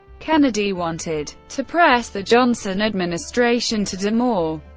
kennedy wanted to press the johnson administration to do more,